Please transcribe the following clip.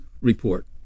report